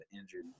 injured